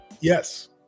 yes